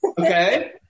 okay